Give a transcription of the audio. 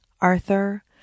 Arthur